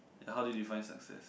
how do you define success